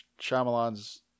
Shyamalan's